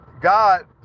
God